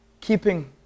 keeping